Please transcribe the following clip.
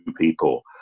people